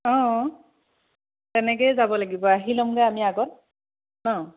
অঁ তেনেকৈয়ে যাব লাগিব আহি লওঁগৈ আমি আগত ন